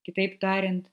kitaip tariant